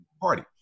party